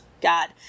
god